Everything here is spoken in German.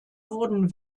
wurden